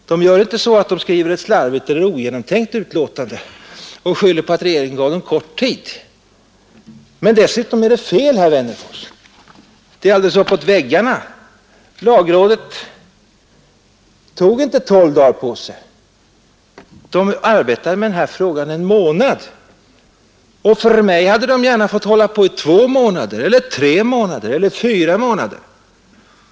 De gör emellertid inte så att de skriver ett slarvigt eller ogenomtänkt utlåtande och sedan skyller på att regeringen givit dem för kort tid. Dessutom är detta fel, herr Wennerfors; det är alldeles uppåt väggarna! Lagrådet tog inte 12 dagar på sig utan arbetade med frågan en månad. För mig hade lagrådet gärna fått hålla på i två månader — eller tre eller fyra månader.